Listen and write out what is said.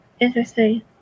Interesting